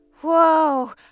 Whoa